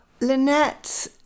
Lynette